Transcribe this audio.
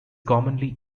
commonly